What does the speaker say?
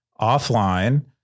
offline